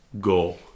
go